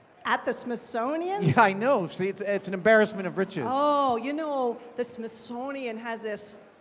at the smithsonian? yeah, i know, see? it's it's an embarrassment of riches. oh, you know, the smithsonian has this,